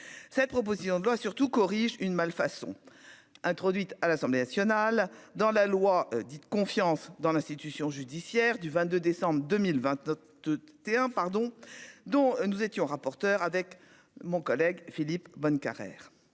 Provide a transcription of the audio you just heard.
cette proposition de loi surtout, corrige une malfaçon introduite à l'Assemblée nationale dans la loi dite confiance dans l'institution judiciaire du 22 décembre 2020 T1 pardon dont nous étions rapporteur avec mon collègue Philippe Bonnecarrère